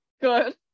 Good